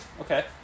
Okay